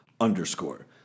underscore